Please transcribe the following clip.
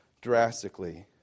drastically